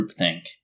groupthink